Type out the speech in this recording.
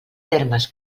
termes